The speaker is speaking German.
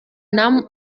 nahm